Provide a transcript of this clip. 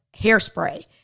hairspray